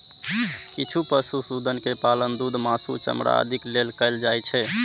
किछु पशुधन के पालन दूध, मासु, चमड़ा आदिक लेल कैल जाइ छै